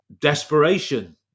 Desperation